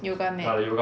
yoga mat